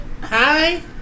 Hi